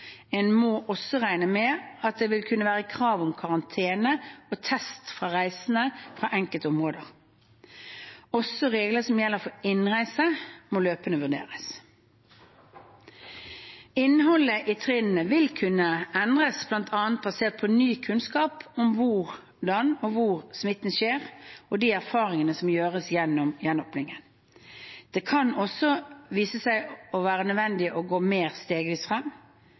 En må også regne med at det vil kunne være krav om karantene og test for reisende fra enkelte områder. Også reglene som gjelder for innreise, må løpende vurderes. Innholdet i trinnene vil kunne endres, bl.a. basert på ny kunnskap om hvordan og hvor smitte skjer, og de erfaringene som gjøres gjennom gjenåpningen. Det kan også vise seg å være nødvendig å gå mer stegvis